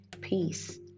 peace